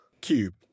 cube